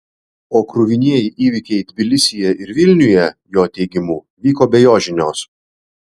o kruvinieji įvykiai tbilisyje ir vilniuje jo teigimu vyko be jo žinios